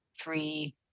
three